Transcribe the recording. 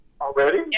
Already